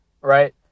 right